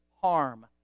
harm